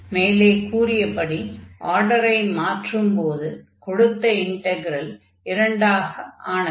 மேலே கூறிய படி ஆர்டரை மாற்றும்போது கொடுத்த இன்டக்ரல் இரண்டாக ஆனது